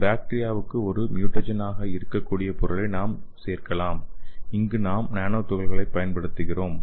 பாக்டீரியாவிற்கு ஒரு ம்யூடஜென் ஆக இருக்கக்கூடிய பொருளை நாம் சேர்க்கலாம் இங்கு நாம் நானோ துகள்களைப் பயன்படுத்துகிறோம்